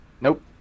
Nope